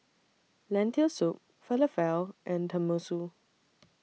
Lentil Soup Falafel and Tenmusu